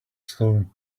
stone